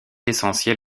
essentiel